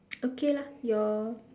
okay lah your